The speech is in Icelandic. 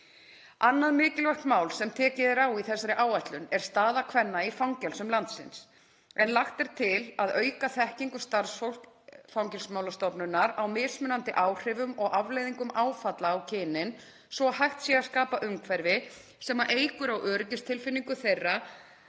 Annað mikilvægt mál sem tekið er á í þessari áætlun er staða kvenna í fangelsum landsins. Lagt er til að auka þekkingu starfsfólks Fangelsismálastofnunar á mismunandi áhrifum og afleiðingum áfalla á kynin svo að hægt sé að skapa umhverfi sem eykur á öryggistilfinningu þeirra